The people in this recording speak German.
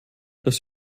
das